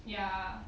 ya